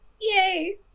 Yay